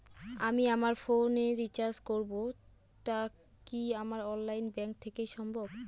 আমি আমার ফোন এ রিচার্জ করব টা কি আমার অনলাইন ব্যাংক থেকেই সম্ভব?